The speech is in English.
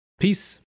Peace